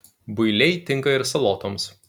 builiai tinka ir salotoms